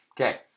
Okay